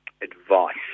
advice